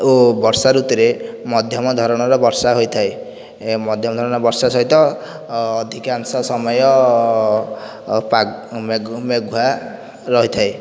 ଓ ବର୍ଷା ଋତୁରେ ମଧ୍ୟମ ଧରଣର ବର୍ଷା ହୋଇଥାଏ ମଧ୍ୟମ ଧରଣର ବର୍ଷା ସହିତ ଅଧିକାଂଶ ସମୟ ପାଗ ମେଘୁଆ ମେଘୁଆ ରହିଥାଏ